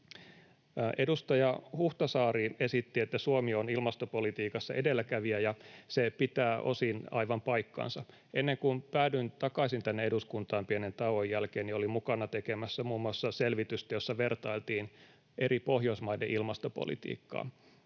Edustaja Huhtasaari esitti, että Suomi on ilmastopolitiikassa edelläkävijä, ja se pitää osin aivan paikkansa. Ennen kuin päädyin takaisin tänne eduskuntaan pienen tauon jälkeen, olin mukana tekemässä muun muassa selvitystä, jossa vertailtiin eri Pohjoismaiden ilmastopolitiikkaa,